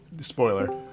spoiler